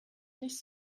nicht